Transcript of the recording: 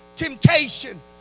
temptation